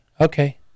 Okay